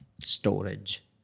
storage